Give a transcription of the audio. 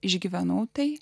išgyvenau tai